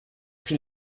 fiel